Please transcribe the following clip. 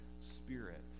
spirit